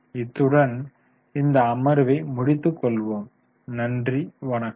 இத்துடன் இந்த அமர்வை முடித்து கொள்வோம் நன்றி வணக்கம்